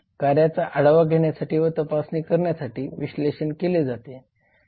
कार्याचा आढावा घेण्यासाठी व तपासणी करण्यासाठी विश्लेषण केले जाते